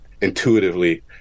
intuitively